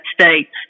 states